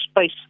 space